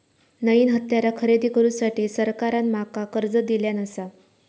नईन हत्यारा खरेदी करुसाठी सरकारान माका कर्ज दिल्यानं आसा